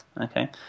Okay